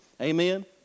Amen